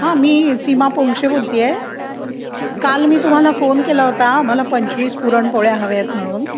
हां मी सीमा पोंक्षे बोलते आहे काल मी तुम्हाला फोन केला होता मला पंचवीस पुरणपोळ्या हव्या आहेत म्हणून